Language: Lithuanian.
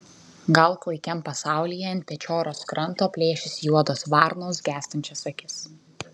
gal klaikiam pasaulyje ant pečioros kranto plėšys juodos varnos gęstančias akis